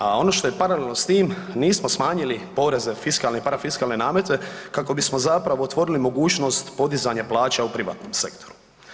A ono što je paralelno s tim nismo smanjili poreze, fiskalne i parafiskalne namete kako bismo zapravo otvorili mogućnost podizanja plaća u privatnom sektoru.